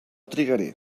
trigaré